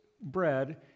bread